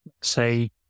say